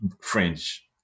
French